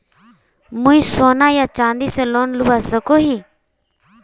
मुई सोना या चाँदी से लोन लुबा सकोहो ही?